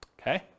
okay